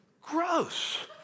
gross